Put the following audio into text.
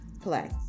play